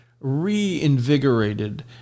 reinvigorated